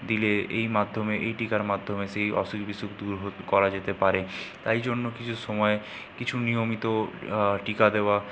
দিলে এই মাধ্যমে এই টিকার মাধ্যমে সেই অসুখ বিসুখ দূর করা যেতে পারে তাই জন্য কিছু সময় কিছু নিয়মিত টিকা দেওয়া